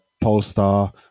Polestar